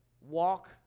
walk